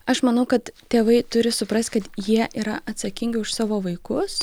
aš manau kad tėvai turi suprast kad jie yra atsakingi už savo vaikus